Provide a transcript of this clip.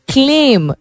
claim